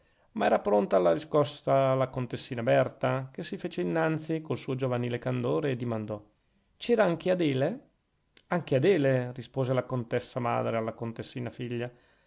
ma era pronta alla riscossa la contessina berta che si fece innanzi col suo giovanile candore e dimandò c'era anche adele anche adele rispose la contessa madre alla contessina figlia